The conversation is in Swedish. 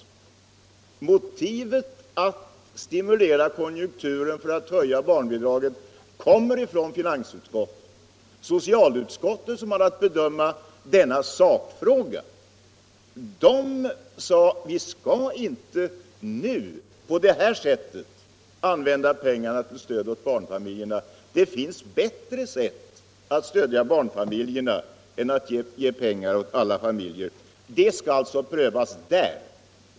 Initiativet till att stimulera konjunkturen genom höjning av barnbidraget kommer från finansutskottet. Socialutskottet, som haft att sakbedöma denna fråga, sade att vi inte nu skall använda pengarna till stöd åt barnfamiljerna på detta sätt. Det finns bättre vägar att stödja barnfamiljerna än att ge pengar åt alla sådana. Den frågan skall alltså prövas i socialutskottet.